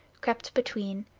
crept between,